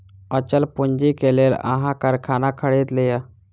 अचल पूंजी के लेल अहाँ कारखाना खरीद लिअ